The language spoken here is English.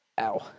Ow